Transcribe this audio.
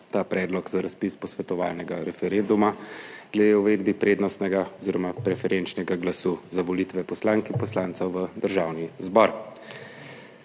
ta predlog za razpis posvetovalnega referenduma glede uvedbe prednostnega oziroma preferenčnega glasu za volitve poslank in poslancev v Državni zbor.